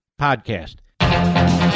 podcast